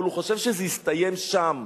אבל הוא חושב שזה הסתיים שם,